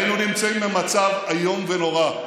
היינו נמצאים במצב ואיום ונורא,